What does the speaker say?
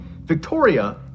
Victoria